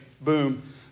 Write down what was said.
boom